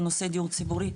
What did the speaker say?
בנושא דיון ציבורי,